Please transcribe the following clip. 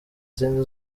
izindi